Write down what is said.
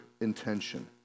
intention